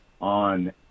on